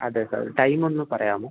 അതെ സാർ ടൈമൊന്നു പറയാമോ